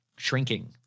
Shrinking